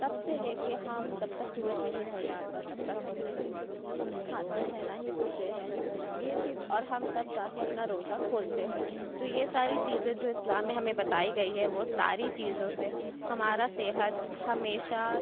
تب سے لے کے ہم جب تک سورج نہیں ڈھل جاتا تب تک ہم نہیں کچھ کھاتے ہیں نہ ہی پیتے ہیں یہ چیز اور ہم تب جاکے اپنا روزہ کھولتے ہیں تو یہ ساری چیزیں جو اسلام میں ہمیں بتائی گئی ہیں وہ ساری چیزوں سے ہمارا صحت ہمیشہ